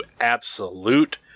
Absolute